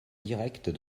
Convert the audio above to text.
direct